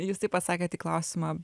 jūs taip atsakėt į klausimą